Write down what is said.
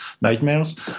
nightmares